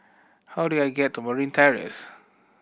how do I get to Merryn Terrace